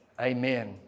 Amen